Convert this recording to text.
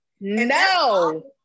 No